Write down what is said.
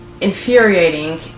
infuriating